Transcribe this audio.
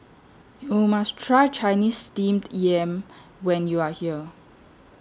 YOU must Try Chinese Steamed Yam when YOU Are here